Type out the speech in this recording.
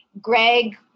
greg